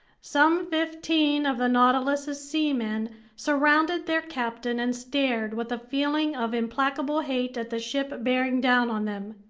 some fifteen of the nautilus's seamen surrounded their captain and stared with a feeling of implacable hate at the ship bearing down on them.